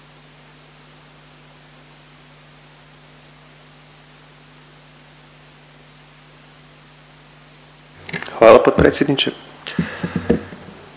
vam potpredsjedniče